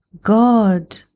God